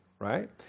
right